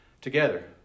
together